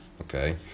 okay